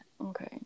Okay